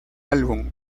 álbum